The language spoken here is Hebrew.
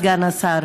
סגן השר.